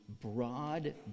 broad